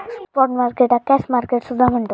spot मार्केटाक cash market सुद्धा म्हणतत